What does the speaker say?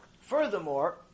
Furthermore